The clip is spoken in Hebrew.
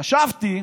חשבתי